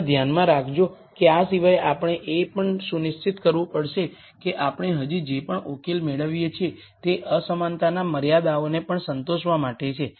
એ પણ ધ્યાનમાં રાખજો કે આ સિવાય આપણે એ પણ સુનિશ્ચિત કરવું પડશે કે આપણે હજી જે પણ ઉકેલ મેળવીએ છીએ તે અસમાનતાના મર્યાદાઓને પણ સંતોષવા માટે છે